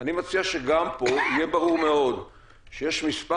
אני מציע שגם פה יהיה ברור מאוד שיש מס'